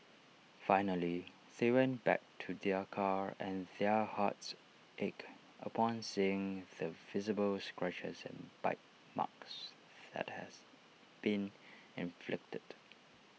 finally they went back to their car and their hearts ached upon seeing the visible scratches and bite marks that has been inflicted